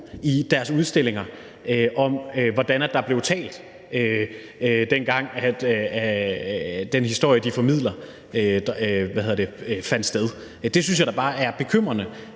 i deres udstillinger om, hvordan der blev talt, dengang den historie, de formidler, fandt sted. Det synes jeg da bare er bekymrende